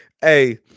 Hey